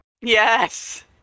Yes